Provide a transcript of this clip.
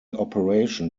operation